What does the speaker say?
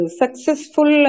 successful